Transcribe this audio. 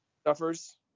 stuffers